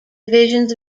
divisions